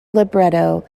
libretto